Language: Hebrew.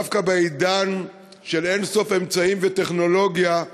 דווקא בעידן של אין-סוף אמצעים וטכנולוגיה.